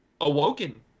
awoken